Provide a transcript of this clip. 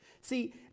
See